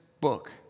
book